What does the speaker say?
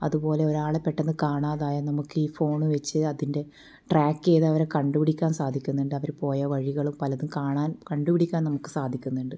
അതുപോലെ ഒരാളെ പെട്ടെന്ന് കാണാതായാൽ നമുക്കീ ഫോൺ വെച്ച് അതിൻ്റെ ട്രാക് ചെയ്ത് അവരെ കണ്ടുപിടിക്കാൻ സാധിക്കുന്നുണ്ട് അവർ പോയ വഴികളും പലതും കാണാൻ കണ്ടുപിടിക്കാൻ നമുക്ക് സാധിക്കുന്നുണ്ട്